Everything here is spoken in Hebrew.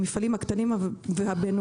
המפעלים הקטנים והבינוניים,